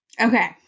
Okay